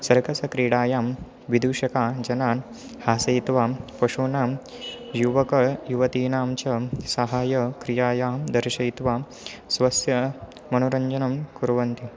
सर्कसक्रीडायां विदूषकजनान् हासयित्वा पशूनां युवकयुवतीनां च सहायक्रियायां दर्शयित्वा स्वस्य मनोरञ्जनं कुर्वन्ति